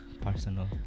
personal